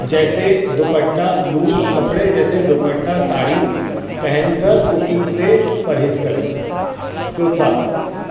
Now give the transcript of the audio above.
جیسے دوپٹا لوز کپڑے جیسے دوپٹا ساڑی پہن کر کوکنگ سے پرہیز کریں چوتھا